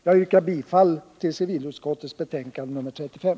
Jag yrkar bifall till civilutskottets hemställan i betänkande nr 35.